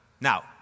Now